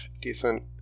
decent